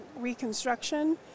reconstruction